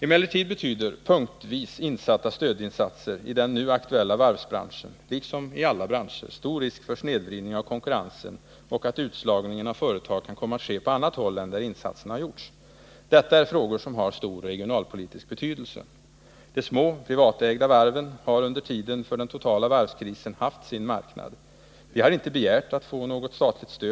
Emellertid betyder punktvis insatta stödinsatser i den nu aktuella varvsbranschen — liksom i alla branscher — stor risk för snedvridning av konkurrensen och att utslagningen av företag kan komma att ske på annat håll än där insatserna har gjorts. Detta är frågor som har stor regionalpolitisk betydelse. De små privatägda varven har under tiden för den totala varvskrisen haft sin marknad. De har inte begärt att få något statligt stöd.